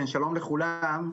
שלום לכולם.